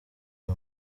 uyu